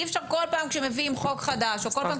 אי-אפשר שבכל פעם כשמביאים חוק חדש או בכל פעם